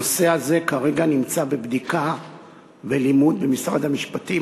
הנושא הזה כרגע נמצא בבדיקה ולימוד במשרד המשפטים.